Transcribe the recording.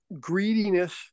greediness